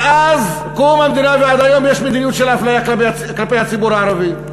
מאז קום המדינה ועד היום יש מדיניות של אפליה כלפי הציבור הערבי.